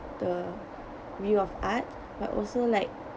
the view of art but also like